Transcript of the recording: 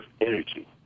energy